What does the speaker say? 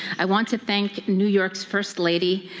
i want to thank new york's first lady,